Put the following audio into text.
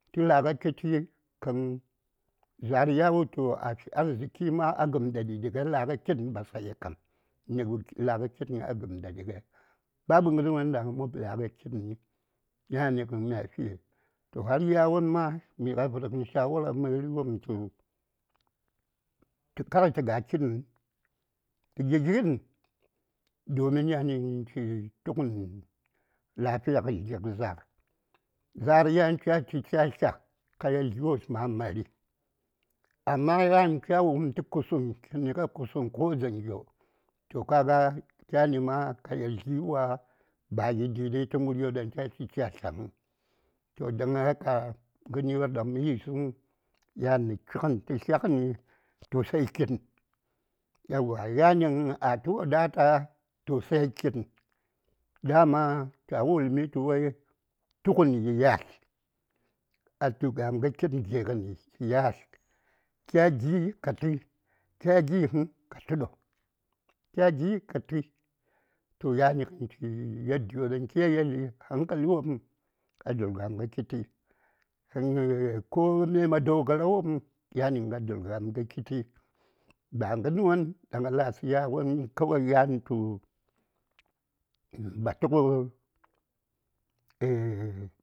﻿Tə la:gə kitti za:r ya wultu a fi arziki ma a gəm daɗi ɗi a la: kitn basaya kam, nə la:gə kitn a gəm daɗi ɗi ŋai babu gərwon daŋ a mop la:gə kitn həŋ yani gən mya fi toh har yawon ma mya vərgən shawara məriwopm tu tə, kar tə ga kitn həŋ tə gi: kitn domin yani gən chi tugəni lafiya dlyigə za:r, za:r yan cha chi cha tlya kayel dlyi wos ma mari amma yan kya wum tə kusuŋ kinə a kusuŋ ko dzaŋyo toh kaga kyani ma kayel dlyi wa ba yi dai dai tə muri yo daŋ cha chi cha tlya həŋ toh don haka gəryo daŋ mə yisəŋ yanə chigəni tə tlyagəni toh sai kitn yanigən a tu wadata toh sai kitn daman cha wulmi tu wai tugəni yi yatl a tu ga:mgə kitn gi:gəni chi yatl kya gi: ka tui kya gi: həŋ ka tlə ɗo? kya gi: ka tui toh yan gən chi kya yelli hankali wopm a dulga:mgə kitti kome madogara wopm yani gən a dulga:mgə kitti ba gərwon daŋ a latsə yawon kawai yan tu batugə.